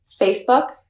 Facebook